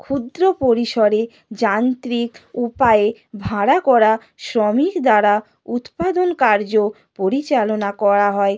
ক্ষুদ্র পরিসরে যান্ত্রিক উপায়ে ভাড়া করা শ্রমিক দ্বারা উৎপাদন কার্য পরিচালনা করা হয়